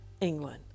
England